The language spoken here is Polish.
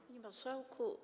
Panie Marszałku!